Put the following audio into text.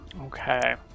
Okay